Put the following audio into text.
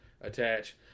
Attach